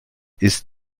ist